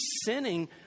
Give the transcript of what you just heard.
sinning